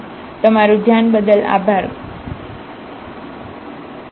તેથી તમારું ધ્યાન બદલ આભાર ખુબ ખુબ આભાર